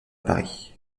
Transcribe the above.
paris